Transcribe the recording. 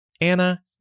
Anna